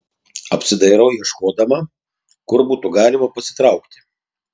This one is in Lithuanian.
apsidairau ieškodama kur būtų galima pasitraukti